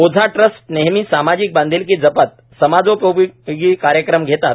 Ojha trust नेहमी सामाजिक बांधिलकी जपत समाजोपयोगी कार्यक्रम घेतात